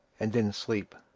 and then sleep.